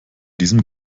diesem